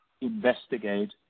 investigate